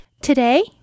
Today